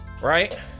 Right